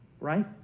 right